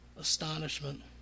astonishment